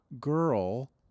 girl